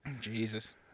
Jesus